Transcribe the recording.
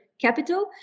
capital